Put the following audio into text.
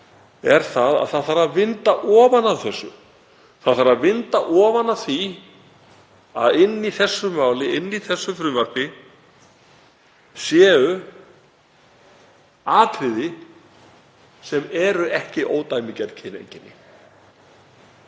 máls, að það þarf að vinda ofan af þessu. Það þarf að vinda ofan af því að inni í þessu máli, inni í frumvarpinu séu atriði sem eru ekki ódæmigerð kyneinkenni.